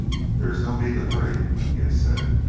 there is no need to hurry he had said,